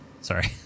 Sorry